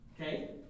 Okay